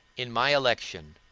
in my election,